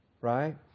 right